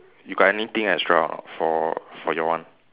you got anything extra or not for for your one